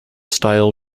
style